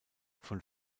von